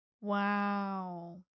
Wow